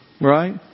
Right